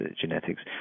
genetics